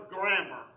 grammar